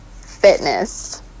fitness